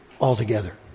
altogether